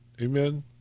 Amen